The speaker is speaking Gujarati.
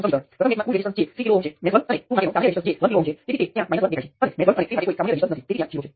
હવે અનંત એ અર્થમાં ઉપયોગી ક્વોન્ટિટિ લો